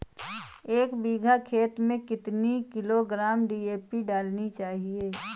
एक बीघा खेत में कितनी किलोग्राम डी.ए.पी डालनी चाहिए?